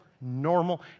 normal